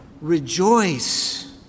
rejoice